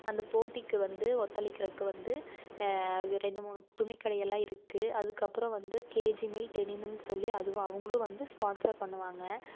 அந்த போட்டிக்கு வந்து ஒத்தழைக்கறதுக்கு வந்து ரெண்டு மூணு துணிக்கடை எல்லாம் இருக்கு அதுக்கப்புறம் வந்து கே ஜி மில் டெனி மில்ன்னு சொல்லி அதுவும் அவங்களும் வந்து ஸ்பான்சர் பண்ணுவாங்க